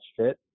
fit